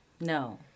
No